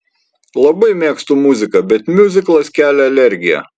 labai mėgstu muziką bet miuziklas kelia alergiją